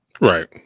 Right